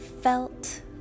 felt